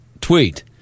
tweet